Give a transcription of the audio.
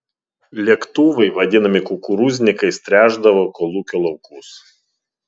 lėktuvai vadinami kukurūznikais tręšdavo kolūkio laukus